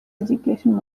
education